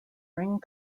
ring